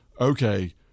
okay